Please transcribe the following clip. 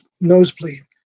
nosebleed